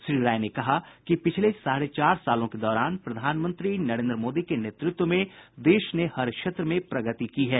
श्री राय ने कहा कि पिछले साढ़े चार सालों के दौरान प्रधानमंत्री नरेन्द्र मोदी के नेतृत्व में देश ने हर क्षेत्र में प्रगति की है